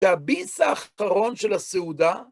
והביס האחרון של הסעודה